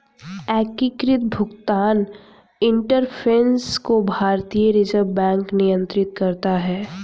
एकीकृत भुगतान इंटरफ़ेस को भारतीय रिजर्व बैंक नियंत्रित करता है